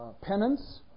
Penance